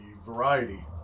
Variety